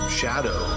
shadow